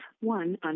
one